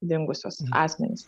dingusius asmenis